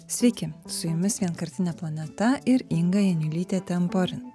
sveiki su jumis vienkartinė planeta ir inga janiulytė temporin